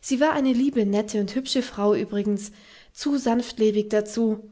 sie war eine liebe nette und hübsche frau übrigens zu sanftlebig dazu